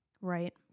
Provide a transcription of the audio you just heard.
Right